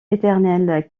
éternelle